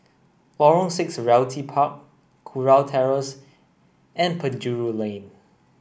Lorong six Realty Park Kurau Terrace and Penjuru Lane